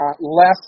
less